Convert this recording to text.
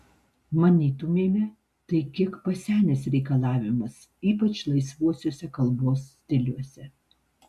manytumėme tai kiek pasenęs reikalavimas ypač laisvuosiuose kalbos stiliuose